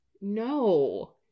no